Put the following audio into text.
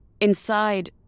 Inside